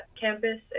campus